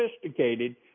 sophisticated